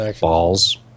balls